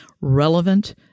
relevant